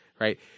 right